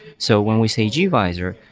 so when we say gvisor,